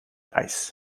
eis